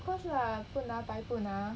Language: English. of course lah 不拿白不拿